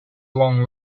long